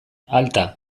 alta